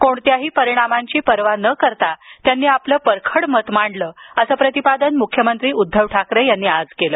कोणत्याही परिणामांची पर्वा न करता त्यांनी आपले परखड मत मांडलं असं प्रतिपादन मुख्यमंत्री उद्धव ठाकरे यांनी आज केलं